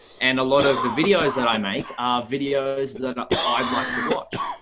and a lot of the videos that i make are videos that i'd like to watch.